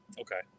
Okay